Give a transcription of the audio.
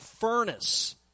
furnace